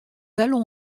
allons